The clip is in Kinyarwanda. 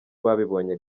babibonye